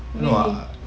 really